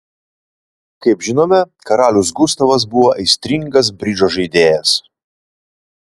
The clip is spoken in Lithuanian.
kaip žinome karalius gustavas buvo aistringas bridžo žaidėjas